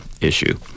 issue